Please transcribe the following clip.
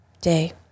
day